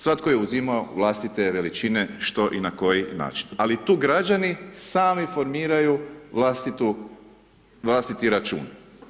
Svatko je uzimao vlastite veličine što i na koji način ali tu građani sami formiraju vlastiti račun.